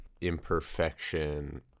imperfection